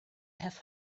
have